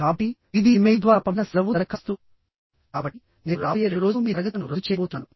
కాబట్టి ఇది ఇమెయిల్ ద్వారా పంపిన సెలవు దరఖాస్తు కాబట్టి నేను రాబోయే రెండు రోజులు మీ తరగతులను రద్దు చేయబోతున్నాను